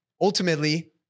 ultimately